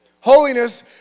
Holiness